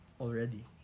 already